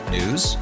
News